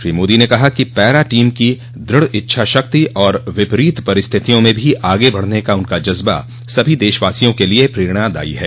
श्री मोदी ने कहा कि पैरा टीम की द्रढ इच्छा शक्ति और विपरीत परिस्थितियों में भी आगे बढ़ने का उनका जज्बा सभी देशवासियों के लिए प्रेरणादायी है